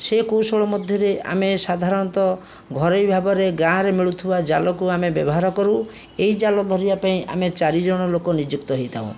ସେ କୌଶଳ ମଧ୍ୟରେ ଆମେ ସାଧାରଣତଃ ଘରୋଇ ଭାବରେ ଗାଁରେ ମିଳୁଥିବା ଜାଲକୁ ଆମେ ବ୍ୟବହାର କରୁ ଏଇ ଜାଲ ଧରିବା ପାଇଁ ଆମେ ଚାରିଜଣ ଲୋକ ନିଯୁକ୍ତ ହୋଇଥାଉ